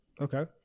Okay